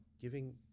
giving